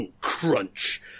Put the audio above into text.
crunch